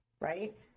right